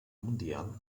mundial